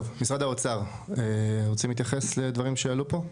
אם כן, משרד האוצר, רוצים להתייחס לדברים שעלו פה?